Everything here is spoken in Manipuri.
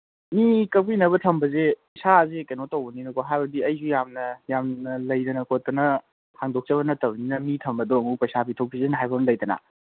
ꯃꯤ ꯀꯛꯄꯤꯅꯕ ꯊꯝꯕꯁꯦ ꯏꯁꯥꯁꯤ ꯀꯩꯅꯣ ꯇꯧꯕꯅꯤꯅꯀꯣ ꯍꯥꯏꯕꯗꯤ ꯑꯩꯁꯨ ꯌꯥꯝꯅ ꯌꯥꯝꯅ ꯂꯩꯗꯅ ꯈꯣꯠꯇꯅ ꯍꯥꯡꯗꯣꯛꯆꯕ ꯅꯠꯇꯕꯅꯤꯅ ꯃꯤ ꯊꯝꯕꯗꯣ ꯑꯃꯨꯛ ꯄꯩꯁꯥ ꯄꯤꯊꯣꯛ ꯄꯤꯁꯤꯟ ꯍꯥꯏꯕ ꯑꯃ ꯂꯩꯗꯅ